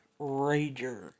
Rager